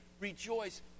rejoice